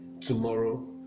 tomorrow